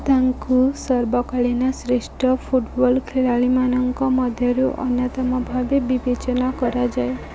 ତାଙ୍କୁ ସର୍ବକାଳୀନ ଶ୍ରେଷ୍ଠ ଫୁଟବଲ୍ ଖେଳାଳୀମାନଙ୍କ ମଧ୍ୟରୁ ଅନ୍ୟତମ ଭାବେ ବିବେଚନା କରାଯାଏ